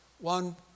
One